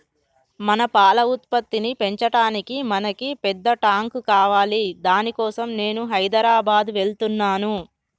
మన పాల ఉత్పత్తిని పెంచటానికి మనకి పెద్ద టాంక్ కావాలి దాని కోసం నేను హైదరాబాద్ వెళ్తున్నాను